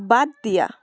বাদ দিয়া